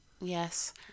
Yes